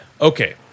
Okay